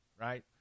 right